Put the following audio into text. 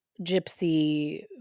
gypsy